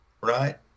right